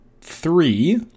three